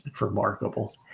remarkable